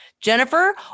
Jennifer